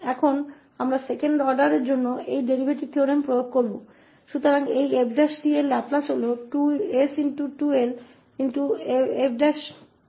अब हम इस डेरीवेटिव प्रमेय को दूसरे क्रम के लिए लागू करेंगे